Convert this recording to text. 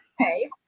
Okay